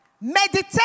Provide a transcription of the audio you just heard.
Meditate